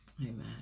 Amen